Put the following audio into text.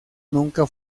nunca